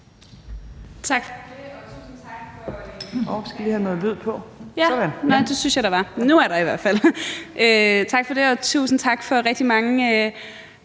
Tak.